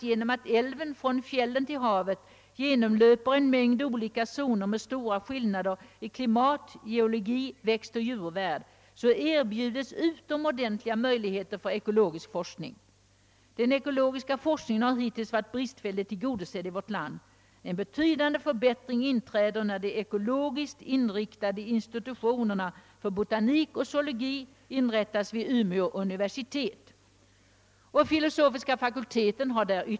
Genom att älven från fjällen till havet, framhåller man, genomlöper en mängd olika zoner med stora skillnader i klimat, geologi, växtoch djurvärld, erbjuds utomordentliga möjligheter för ekologisk forskning. Den ekologiska forskningen har hittills varit bristfälligt tillgodosedd i vårt land. En betydande förbättring inträder när de ekologiskt inriktade institutionerna för botanik och zoologi inrättas vid Umeå universitet. Jag citerar sedan filosofiska fakulteten där.